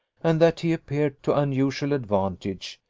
and that he appeared to unusual advantage,